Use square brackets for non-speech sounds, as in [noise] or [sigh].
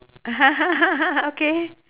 [laughs] okay